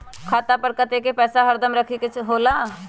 खाता पर कतेक पैसा हरदम रखखे के होला?